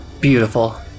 Beautiful